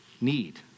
need